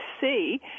see